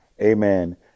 amen